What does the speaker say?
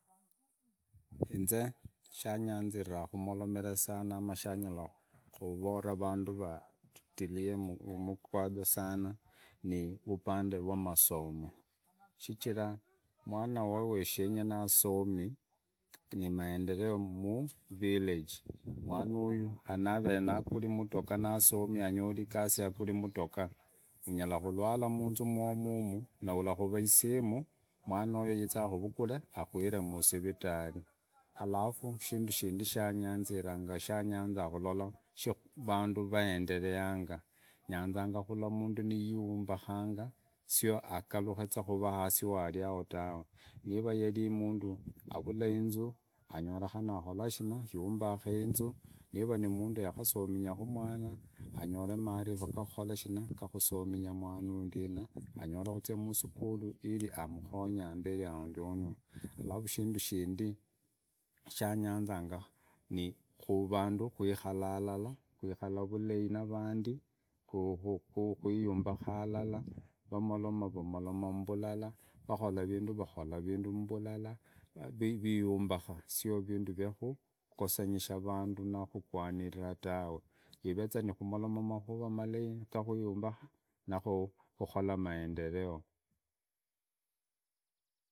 Inze shanyanzira kumoremera sana anoo shanyara kuvola vandu vatilie mkwanjo sana ni vupande rwa masomo shichira mwana wa weshenye naasomi ni maendeleo mu village, mwanoyu kari niva navere nudoria, khari nasomi anyori igasi aguru mudoka unyala kulwala munzu mwomo mu na ulakura isimu mwanoyo yiize akuvukule akuire musivitari. Alafu shindu shanyaniranga shanyazana khulola vandu vaendeleana nyanza kulla mundu niumbakanga, sio agaluke za kuraa hasi waariao tawe, niva yarimundu avula inu angoreveriane akori shina yambaki inza, niiva ni mundu yakusominya mwanoyu ndina anyore kuzia masukuru ili amukonye amberiao ndiono. Alafu shindu shindi shanyaniraku ni vandu kwikara alala kwikare vulai na vandi kwiyumbaka halala vamoloma halala, vakhola vindu vakhola mbulala, viumbaka sio vindu vya kugosanisha vandu na kugwanira tawe irea makara malai gakuyumbaria na qukora maendeleo.